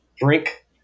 drink